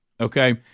okay